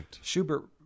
Schubert